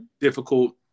Difficult